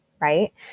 Right